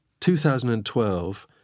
2012